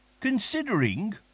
considering